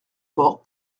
fort